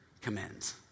commends